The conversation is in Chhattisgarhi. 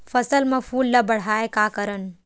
फसल म फूल ल बढ़ाय का करन?